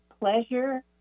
pleasure